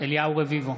אליהו רביבו,